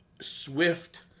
SWIFT